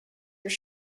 your